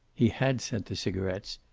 he had sent the cigarets,